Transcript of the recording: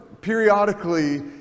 Periodically